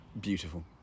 beautiful